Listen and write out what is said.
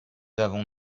avons